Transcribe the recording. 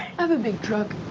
have a big truck.